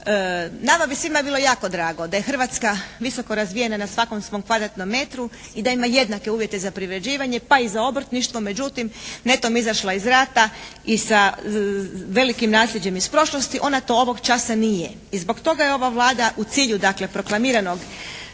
nama bi svima bilo jako drago da je Hrvatska visoko razvijena na svakom svom kvadratnom metru i da ima jednake uvjete za privređivanje, pa i za obrtništvo. Međutim, netom izašla iz rata i sa velikim nasljeđem iz prošlosti, ona to ovog časa nije. I zbog toga je ova Vlada u cilju dakle proklamiranog